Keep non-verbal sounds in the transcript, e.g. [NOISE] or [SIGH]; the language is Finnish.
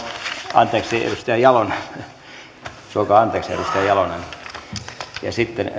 anteeksi edustaja jalonen suokaa anteeksi edustaja jalonen ja sitten [UNINTELLIGIBLE]